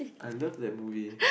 I love that bully